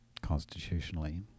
constitutionally